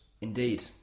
indeed